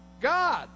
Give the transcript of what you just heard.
God